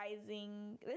rising